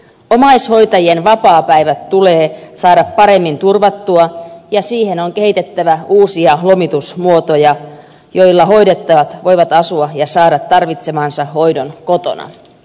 omaishoitajien vapaapäivät tulee saada paremmin turvattua ja siihen on kehitettävä uusia lomitusmuotoja joissa hoidettavat voivat asua ja saada tarvitsemansa hoidon kotona